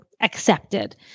accepted